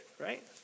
right